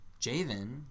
javen